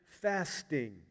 fasting